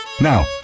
Now